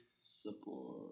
support